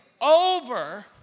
over